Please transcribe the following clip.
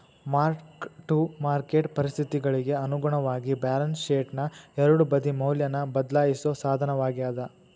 mark to market ಪರಿಸ್ಥಿತಿಗಳಿಗಿ ಅನುಗುಣವಾಗಿ balance ಶೇಟ್ನ ಎರಡೂ ಬದಿ ಮೌಲ್ಯನ ಬದ್ಲಾಯಿಸೋ ಸಾಧನವಾಗ್ಯಾದ